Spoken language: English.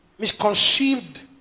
Misconceived